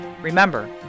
Remember